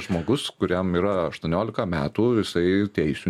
žmogus kuriam yra aštuoniolika metų jisai teisių